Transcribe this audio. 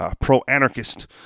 pro-anarchist